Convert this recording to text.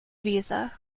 visa